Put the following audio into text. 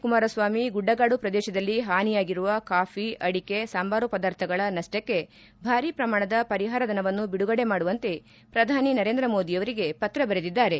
ಕುಮಾರಸ್ವಾಮಿ ಗುಡ್ಡಗಾಡು ಪ್ರದೇಶದಲ್ಲಿ ಹಾನಿಯಾಗಿರುವ ಕಾಫಿ ಅಡಿಕೆ ಸಾಂಭಾರು ಪಧಾರ್ಥಗಳ ನಪ್ಪಕ್ಕೆ ಬಾರೀ ಪ್ರಮಾಣದ ಪರಿಹಾರ ಧನವನ್ನು ಬಿಡುಗಡೆ ಮಾಡುವಂತೆ ಪ್ರಧಾನಿ ನರೇಂದ್ರ ಮೋದಿಯವರಿಗೆ ಪತ್ರ ಬರೆದಿದ್ದಾರೆ